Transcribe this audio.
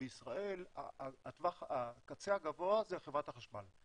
בישראל הקצה הגבוה זה חברת החשמל,